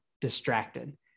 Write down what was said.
distracted